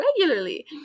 regularly